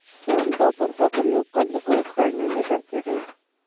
home टॉपर का प्रयोग कन्द को उखाड़ने में करते हैं